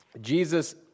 Jesus